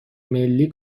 ملی